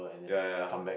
ya ya